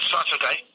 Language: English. Saturday